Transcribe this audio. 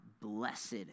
blessed